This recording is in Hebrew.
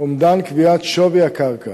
קביעת אומדן שווי הקרקע